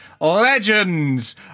legends